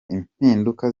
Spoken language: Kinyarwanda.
impinduka